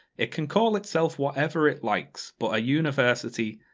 it can call itself whatever it likes but a university,